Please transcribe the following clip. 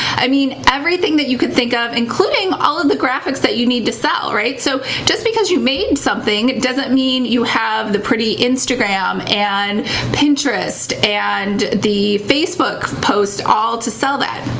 i mean, everything that you could think of, including all of the graphics that you need to sell, right? so just because you made something doesn't mean you have the pretty instagram and pinterest and the facebook posts all to sell that.